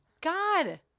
God